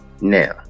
Now